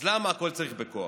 אז למה צריך הכול בכוח?